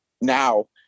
now